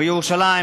בירושלים,